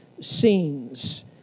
scenes